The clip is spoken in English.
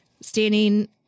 standing